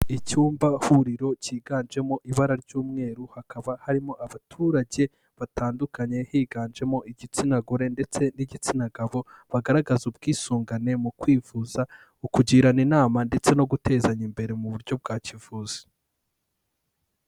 Icyumba huriro cyiganjemo ibara ry'umweru, hakaba harimo abaturage batandukanye higanjemo igitsina gore ndetse n'igitsina gabo, bagaragaza ubwisungane mu kwivuza ukugirana inama ndetse no gutezanya imbere mu buryo bwa kivuzi.